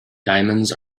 diamonds